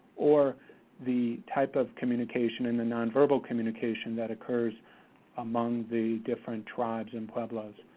or the type of communication in the nonverbal communication that occurs among the different tribes in pueblos.